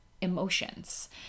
emotions